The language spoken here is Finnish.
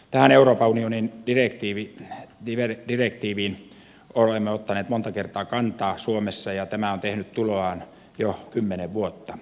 tähän euroopan unionin direktiiviin olemme ottaneet monta kertaa kantaa suomessa ja tämä on tehnyt tuloaan jo kymmenen vuotta